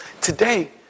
Today